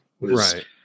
Right